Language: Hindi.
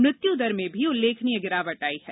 मृत्यु दर में भी उल्लेखनीय गिरावट आई है